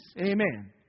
Amen